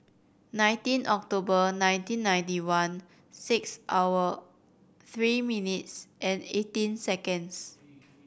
nineteen October nineteen ninety one six hour three minutes and eighteen seconds